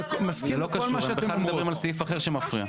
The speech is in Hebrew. מסכימים על 8ד,